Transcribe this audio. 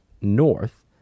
north